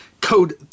Code